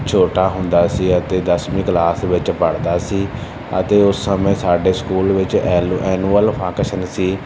ਛੋਟਾ ਹੁੰਦਾ ਸੀ ਅਤੇ ਦਸਵੀਂ ਕਲਾਸ ਵਿੱਚ ਪੜ੍ਹਦਾ ਸੀ ਅਤੇ ਉਸ ਸਮੇਂ ਸਾਡੇ ਸਕੂਲ ਵਿੱਚ ਐਲੂ ਐਨੁਅਲ ਫੰਕਸ਼ਨ ਸੀ